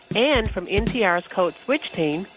and from npr's code switch team,